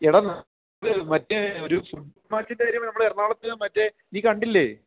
എടാ നാളെ മറ്റേ ഒരു ഫുട്ബോൾ മാച്ചിൻ്റെ കാര്യം നമ്മൾ എറണാകുളത്തു മറ്റേ നീ കണ്ടില്ലേ